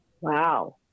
Wow